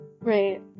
Right